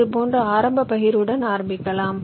இது போன்ற ஆரம்ப பகிர்வுடன் ஆரம்பிக்கலாம்